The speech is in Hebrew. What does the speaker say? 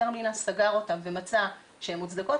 המדינה סגר אותן ומצא שהן מוצדקות,